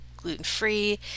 gluten-free